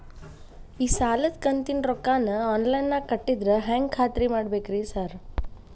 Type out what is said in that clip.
ಈ ಸಾಲದ ಕಂತಿನ ರೊಕ್ಕನಾ ಆನ್ಲೈನ್ ನಾಗ ಕಟ್ಟಿದ್ರ ಹೆಂಗ್ ಖಾತ್ರಿ ಮಾಡ್ಬೇಕ್ರಿ ಸಾರ್?